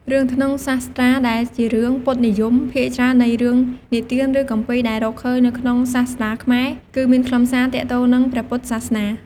រឿងក្នុងសាស្ត្រា ដែលជារឿង ពុទ្ធនិយម ភាគច្រើននៃរឿងនិទាន ឬគម្ពីរដែលរកឃើញនៅក្នុងសាស្ត្រាខ្មែរ គឺមានខ្លឹមសារទាក់ទងនឹង ព្រះពុទ្ធសាសនា។